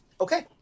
Okay